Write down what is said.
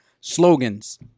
slogans